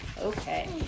Okay